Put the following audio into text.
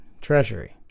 treasury